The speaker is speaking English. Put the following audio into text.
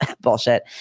bullshit